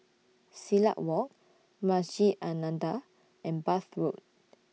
Silat Walk Masjid An Nahdhah and Bath Road